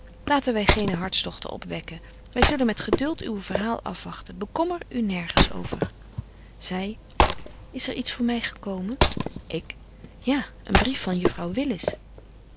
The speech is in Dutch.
laten wy geene hartstochten opwekken wy zullen met geduld uw verhaal afwagten bekommer u nergens over zy is er niets voor my gekomen ik ja een brief van juffrouw